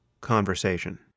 conversation